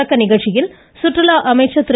தொடக்க நிகழ்ச்சியில் குற்றுலாத்துறை அமைச்சர் திரு